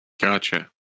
gotcha